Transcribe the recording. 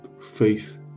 faith